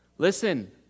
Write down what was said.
Listen